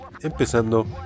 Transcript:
empezando